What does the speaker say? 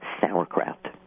sauerkraut